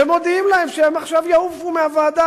ומודיעים להם שהם עכשיו יעופו מהוועדה,